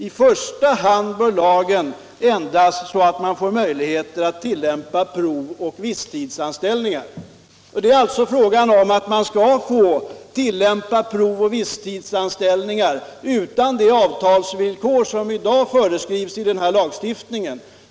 I första hand bör lagen ändras så att man får möjlighet att tillämpa provoch visstidsanställning.” Det är alltså fråga om att man skall få tillämpa provoch visstidsanställning utan det avtalsvillkor som i dag föreskrivs i lagstiftningen.